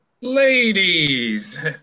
Ladies